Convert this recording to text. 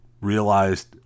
realized